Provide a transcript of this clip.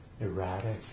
erratic